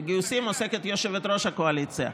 בגיוסים עוסקת יושבת-ראש הקואליציה.